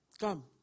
Come